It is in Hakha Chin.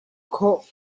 khawh